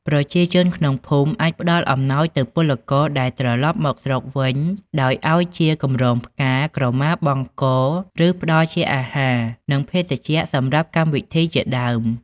ប្រជាជនក្នុងភូមិអាចផ្តល់អំណោយទៅពលករដែលត្រឡប់មកស្រុកវិញដោយឱ្យជាកម្រងផ្កា ក្រមាបង់ក ឬផ្ដល់ជាអាហារ និងភេសជ្ជៈសម្រាប់កម្មវិធីជាដើម ។